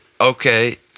Okay